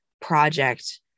project